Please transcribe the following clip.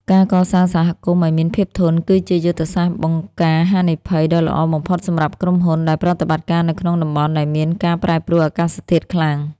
ការកសាងសហគមន៍ឱ្យមានភាពធន់ គឺជាយុទ្ធសាស្ត្របង្ការហានិភ័យដ៏ល្អបំផុតសម្រាប់ក្រុមហ៊ុន ដែលប្រតិបត្តិការនៅក្នុងតំបន់ដែលមានការប្រែប្រួលអាកាសធាតុខ្លាំង។